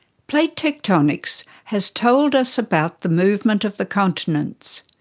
plate tectonics has told us about the movement of the continents,